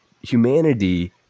Humanity